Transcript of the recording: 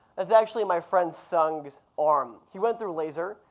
that's actually my friend seung's arm. he went through laser.